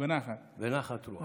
בנחת רוח.